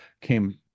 came